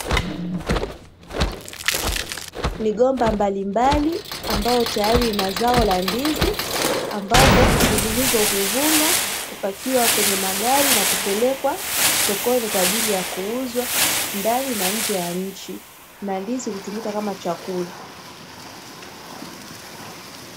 Migomba mbalimbali ambayo tayari ina zao la ndizi, ambapo ndizi hizo huvunwa kupakiwa kwenye magari na kupelekwa sokoni kwa ajili ya kuuzwa ndani, na nje ya nchi na ndizi hutumika kama chakula.